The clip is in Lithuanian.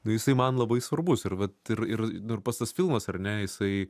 nu jisai man labai svarbus ir vat ir ir nu ir pats tas filmas ar ne jisai